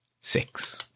six